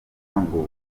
ngo